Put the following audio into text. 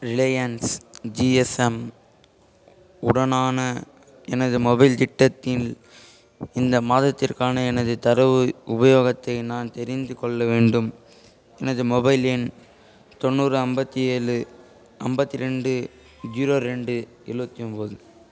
Reliance GSM உடனான எனது mobile திட்டத்தில் இந்த மாதத்திற்கான எனது தரவு உபயோகத்தை நான் தெரிந்துக் கொள்ள வேண்டும் எனது மொபைல் எண் தொண்ணூறு ஐம்பத்தி ஏழு ஐம்பத்தி ரெண்டு ஜீரோ ரெண்டு எழுவத்தி ஒம்பது